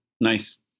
Nice